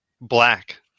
black